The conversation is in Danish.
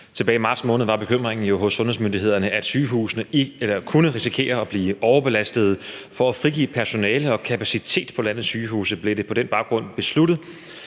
Tilbage i marts måned var bekymringen hos sundhedsmyndighederne jo, at sygehusene kunne risikere at blive overbelastet. For at frigøre personale og kapacitet på landets sygehuse blev det på baggrund af